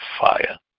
fire